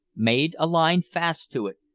made a line fast to it,